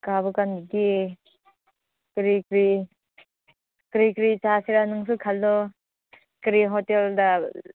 ꯀꯥꯕꯀꯥꯟꯗꯗꯤ ꯀꯔꯤ ꯀꯔꯤ ꯀꯔꯤ ꯀꯔꯤ ꯆꯥꯁꯤꯔꯥ ꯅꯪꯁꯨ ꯈꯜꯂꯣ ꯀꯔꯤ ꯍꯣꯇꯦꯜꯗ